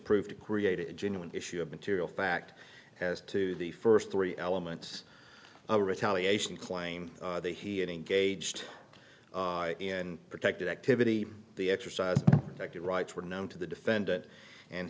proof to create a genuine issue of material fact as to the first three elements of a retaliation claim that he engaged in protected activity the exercise that the rights were known to the defendant and